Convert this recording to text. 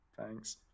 Thanks